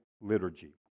liturgy